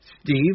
Steve